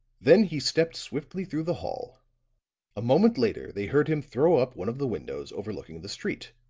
then he stepped swiftly through the hall a moment later they heard him throw up one of the windows overlooking the street,